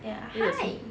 is it the same